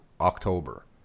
October